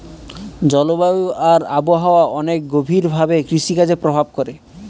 জলবায়ু আর আবহাওয়া অনেক গভীর ভাবে কৃষিকাজে প্রভাব করে